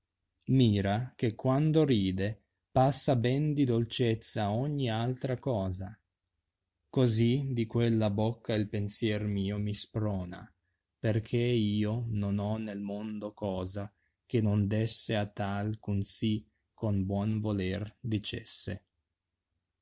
mira che quando ride passa ben di dolceua ogni altra cosa così di quella bocca il pensier mio mi sprona perchè io non ho nel mondo cosa che non desse a tal eh un sì con buon voler dicesse